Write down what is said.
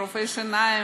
ורופאי שיניים,